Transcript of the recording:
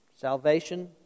Salvation